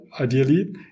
ideally